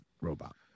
robot